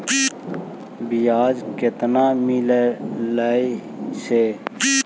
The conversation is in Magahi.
बियाज केतना मिललय से?